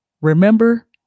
Remember